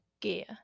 gear